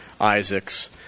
Isaac's